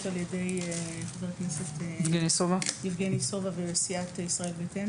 גם על ידי חבר הכנסת יבגני סובה וסיעת ישראל ביתנו.